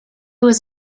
was